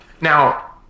Now